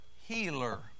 healer